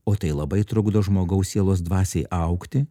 o tai labai trukdo žmogaus sielos dvasiai augti